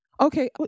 okay